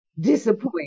Disappoint